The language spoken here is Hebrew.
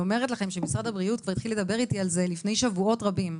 משרד הבריאות התחיל לדבר אתי על זה לפני שבועות רבים.